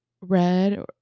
red